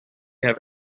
have